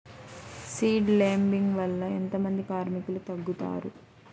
Seed లేంబింగ్ వల్ల ఎంత మంది కార్మికులు తగ్గుతారు?